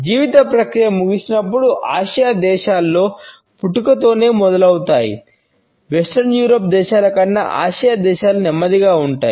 జీవిత ప్రక్రియ ముగిసినప్పుడు ఆసియా దేశాలు నెమ్మదిగా ఉంటాయి